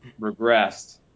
regressed